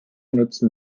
nutzten